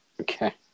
Okay